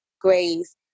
Grace